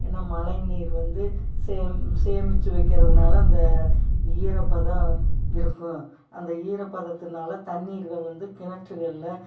ஏன்னா மழைநீர் வந்து சேமித்து வைக்கிறதுனால அந்த ஈரப்பதம் இருக்கும் அந்த ஈரப்பதத்தினால தண்ணிர் வந்து கிணறுகள்ல